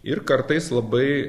ir kartais labai